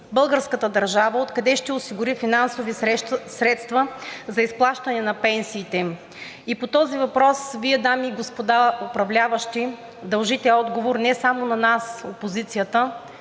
българската държава ще осигури финансови средства за изплащането на пенсиите им. По този въпрос Вие, дами и господа управляващи, дължите отговор не само на нас – опозицията,